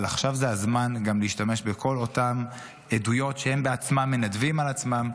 אבל עכשיו זה הזמן גם להשתמש בכל אותן עדויות שהם בעצמם מנדבים על עצמם,